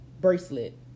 bracelet